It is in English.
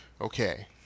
okay